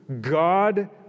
God